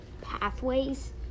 pathways